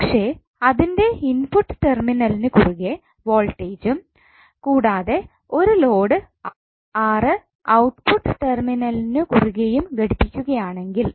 പക്ഷേ അതിന്റെ ഇൻപുട്ട് ടെർമിനലിന് കുറുകേ വോൾട്ടേജും കൂടാതെ ഒരു ലോഡ് R ഔട്ട്പുട്ട് ടെർമിനലിനു കുറുകെയും ഘടിപ്പിക്കുകയാണെങ്കിൽ